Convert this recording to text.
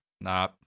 nah